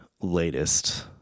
latest